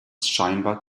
scheinbar